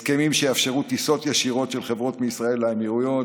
הסכמים שיאפשרו טיסות ישירות של חברות מישראל לאמירויות